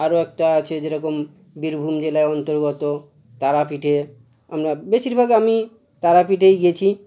আরও একটা আছে যেরকম বীরভূম জেলার অন্তর্গত তারাপীঠে আমরা বেশিরভাগ আমি তারাপীঠেই গিয়েছি